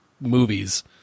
movies